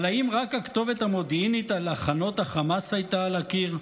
אבל האם רק הכתובת המודיעינית על הכנות החמאס הייתה על הקיר?